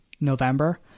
November